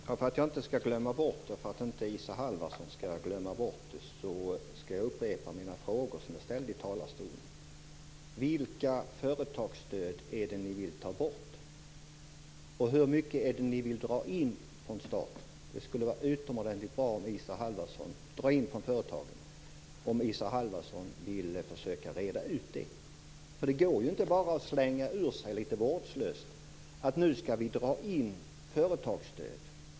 Fru talman! För att jag inte skall glömma bort det, och för att inte Isa Halvarsson skall glömma bort det, skall jag upprepa mina frågor som jag ställde i talarstolen. Vilka företagsstöd är det ni vill ta bort? Och hur mycket är det ni vill dra in från företagen? Det skulle vara utomordentligt bra om Isa Halvarsson ville försöka reda ut det. Det går nämligen inte att bara slänga ur sig litet vårdslöst att nu skall vi dra in företagsstöd.